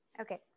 Okay